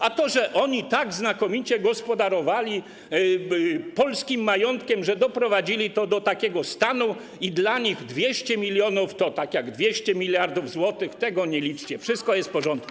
A to, że oni tak znakomicie gospodarowali polskim majątkiem, że doprowadzili to do takiego stanu i dla nich 200 mln to tak jak 200 mld zł, tego nie liczcie, wszystko jest w porządku.